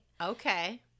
okay